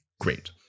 Great